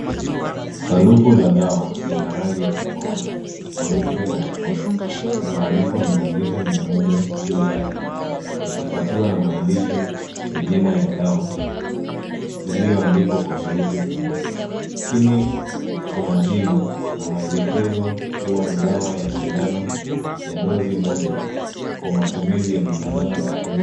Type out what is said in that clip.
Sanduku la dawa, lina rangi ya samawati, nyeupe na nyekundu, limeandikwa mililita mia moja juu yake, likifuatiwa na maandishi ya jina ya dawa, iliyo andikwa kwa herufi kubwa. Chini kuna jina na maelekezo kuwa ni dawa ya sindano ya dozi moja, kwa matumizi ya binadamu pekee yake.